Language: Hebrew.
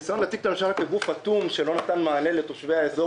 הניסיון להציג את הממשלה כגוף אטום שלא נתן מענה לתושבי האזור,